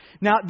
Now